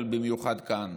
אבל במיוחד כאן.